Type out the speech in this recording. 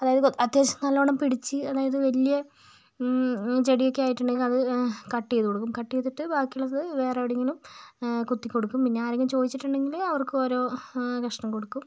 അതായത് അത്യാവശ്യം നല്ലോണം പിടിച്ച് അതായത് വലിയ ചെടിയൊക്കെയായിട്ടുണ്ടെങ്കിൽ അത് കട്ട് ചെയ്ത് കൊടുക്കും കട്ട് ചെയ്തിട്ട് ബാക്കിയുള്ളത് വേറെ എവിടെങ്കിലും കുത്തികൊടുക്കും പിന്നെ ആരെങ്കിലും ചോദിച്ചിട്ടുണ്ടെങ്കിൽ അവർക്ക് ഓരോ കക്ഷണം കൊടുക്കും